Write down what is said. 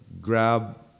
grab